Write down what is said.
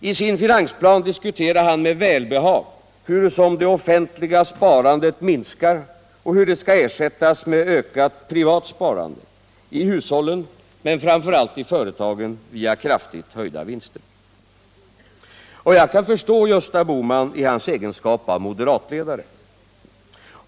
I sin finansplan diskuterar han med välbehag hurusom det offentliga sparandet minskar och skall ersättas med ökat privat sparande — i hushållen men framför allt i företagen via kraftigt höjda vinster. Och jag kan förstå Gösta Bohman i hans egenskap av moderatledare.